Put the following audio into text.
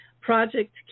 Project